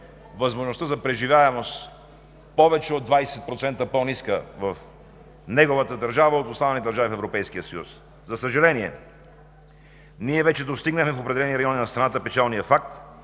възможността за преживяемост – повече от 20% по-ниска в неговата държава от останалите държави в Европейския съюз. За съжаление, ние вече достигнахме в определени райони на страната печалния факт